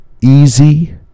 easy